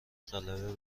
غلبه